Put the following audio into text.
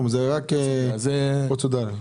פרוצדורלי.